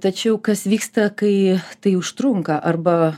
tačiau kas vyksta kai tai užtrunka arba